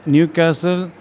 Newcastle